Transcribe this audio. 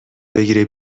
بگیره